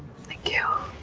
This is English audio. thank you.